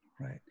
Right